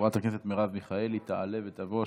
חברת הכנסת מרב מיכאלי תעלה ותבוא.